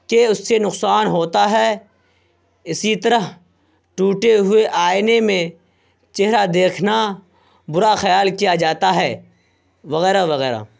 کہ اس سے نقصان ہوتا ہے اسی طرح ٹوٹے ہوئے آئینے میں چہرہ دیکھنا برا خیال کیا جاتا ہے وغیرہ وغیرہ